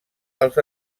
als